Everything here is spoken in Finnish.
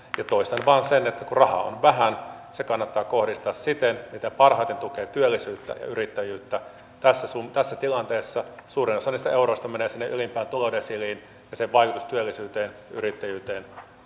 ja toistan vain sen että kun rahaa on vähän se kannattaa kohdistaa siten että se parhaiten tukee työllisyyttä ja yrittäjyyttä tässä tilanteessa suurin osa niistä euroista menee sinne ylimpään tulodesiiliin ja sen vaikutus työllisyyteen ja yrittäjyyteen